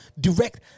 direct